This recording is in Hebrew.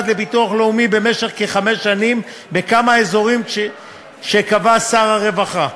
לביטוח לאומי במשך כחמש שנים בכמה אזורים שקבע שר הרווחה.